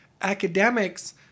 academics